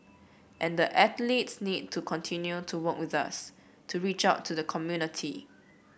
and the athletes need to continue to work with us to reach out to the community